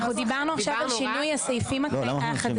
אנחנו דיברנו עכשיו על שינוי הסעיפים החדשים.